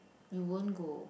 you won't go